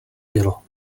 bylo